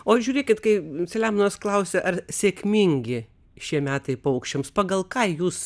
o žiūrėkit kaip saliamonas klausia ar sėkmingi šie metai paukščiams pagal ką jūs